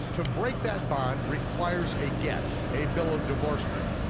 to break that bond requires a get, a bill of divorcement.